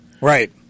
Right